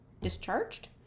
discharged